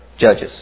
Judges